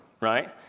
right